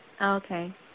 Okay